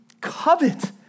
covet